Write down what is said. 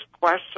question